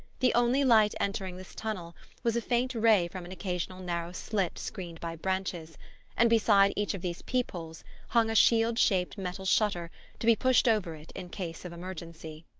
the only light entering this tunnel was a faint ray from an occasional narrow slit screened by branches and beside each of these peep-holes hung a shield-shaped metal shutter to be pushed over it in case of emergency.